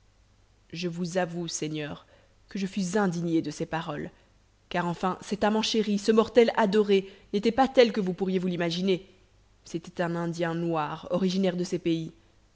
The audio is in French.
je vous avoue seigneur que je fus indigné de ces paroles car enfin cet amant chéri ce mortel adoré n'était pas tel que vous pourriez vous l'imaginer c'était un indien noir originaire de ces pays